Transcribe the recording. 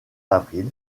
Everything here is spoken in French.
avril